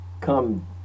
come